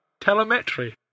Telemetry